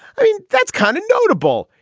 i mean, that's kind of notable.